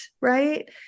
right